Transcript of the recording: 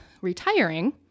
retiring